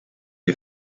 est